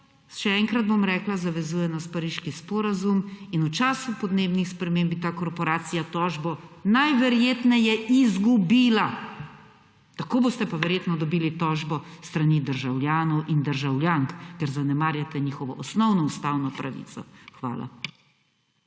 še enkrat bom rekla, zavezuje nas pariški sporazum in v času podnebnih sprememb bi ta korporacija tožbo najverjetneje izgubila. Tako boste pa verjetno dobili tožbo s strani državljanov in državljank, ker zanemarjate njihovo osnovno ustavno pravico. Hvala.